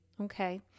Okay